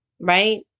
right